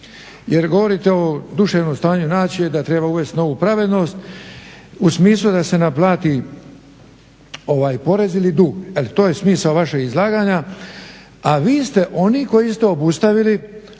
jer govorite o duševnom stanju nacije da treba uvesti novu pravednost u smislu da se naplati porez ili dug. To je smisao vašeg izlaganja. A vi ste oni koji ste obustavili ovrhe, vi ste